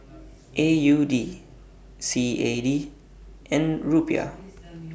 A U D C A D and Rupiah